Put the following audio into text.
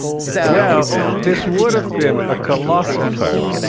so this would have been a colossal fail.